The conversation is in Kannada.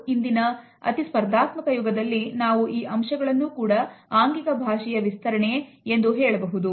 ಇಂದಿನ ಅತಿ ಸ್ಪರ್ಧಾತ್ಮಕ ಯುಗದಲ್ಲಿ ನಾವು ಈ ಅಂಶಗಳನ್ನು ಕೂಡ ಆಂಗಿಕ ಭಾಷೆಯ ವಿಸ್ತರಣೆ ಎಂದು ಹೇಳಬಹುದು